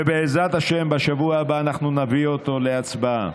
ובעזרת השם בשבוע הבא אנחנו נביא אותו להצבעה.